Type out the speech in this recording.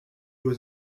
was